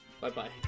Bye-bye